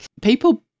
People